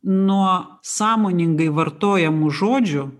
nuo sąmoningai vartojamų žodžių